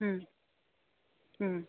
ꯎꯝ ꯎꯝ